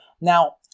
now